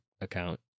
account